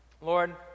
Lord